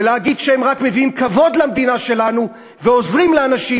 ולהגיד שהם רק מביאים כבוד למדינה שלנו ועוזרים לאנשים,